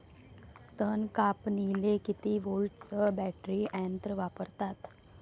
तन कापनीले किती व्होल्टचं बॅटरी यंत्र वापरतात?